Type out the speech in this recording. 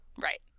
Right